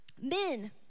Men